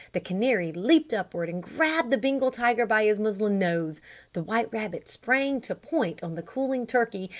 the canary leaped upward and grabbed the bengal tiger by his muslin nose the white rabbit sprang to point on the cooling turkey,